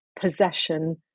possession